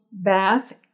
bath